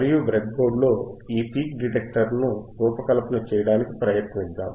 మరియు బ్రెడ్బోర్డ్లో ఈ పీక్ డిటెక్టర్ను రూపకల్పన చేయడానికి ప్రయత్నిద్దాం